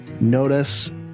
notice